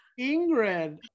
Ingrid